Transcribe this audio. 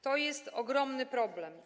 To jest ogromny problem.